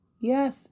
Yes